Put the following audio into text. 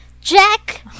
Jack